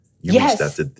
Yes